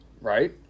Right